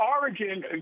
origin